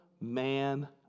man